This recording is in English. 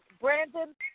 Brandon